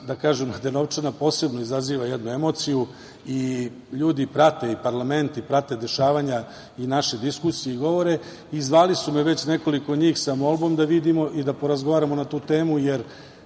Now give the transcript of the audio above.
da kažem posebno izaziva jednu emociju i ljudi prate i parlament i prate dešavanja i naše diskusije i govore i zvali su me već nekoliko njih sa molbom da vidimo i da porazgovaramo na tu temu, jer